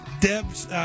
Deb's